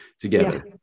together